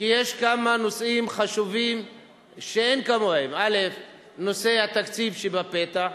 כי יש כמה נושאים חשובים שאין כמוהם: 1. נושא התקציב שבפתח,